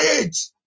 age